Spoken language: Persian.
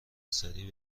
سریع